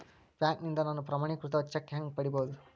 ಬ್ಯಾಂಕ್ನಿಂದ ನಾನು ಪ್ರಮಾಣೇಕೃತ ಚೆಕ್ ಹ್ಯಾಂಗ್ ಪಡಿಬಹುದು?